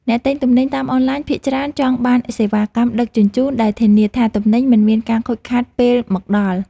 អ្នកទិញទំនិញតាមអនឡាញភាគច្រើនចង់បានសេវាកម្មដឹកជញ្ជូនដែលធានាថាទំនិញមិនមានការខូចខាតពេលមកដល់។